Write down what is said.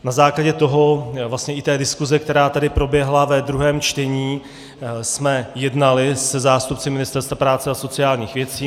Na základě toho a i té diskuze, která tady proběhla ve druhém čtení, jsme jednali se zástupci Ministerstva práce a sociálních věcí.